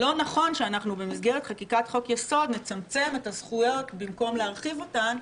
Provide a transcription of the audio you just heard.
לא נכון שבמסגרת חקיקת חוק יסוד נצמצם את הזכות במקום להרחיב אותן,